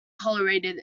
tolerated